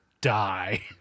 die